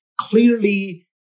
Clearly